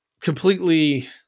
completely